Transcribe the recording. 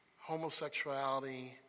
homosexuality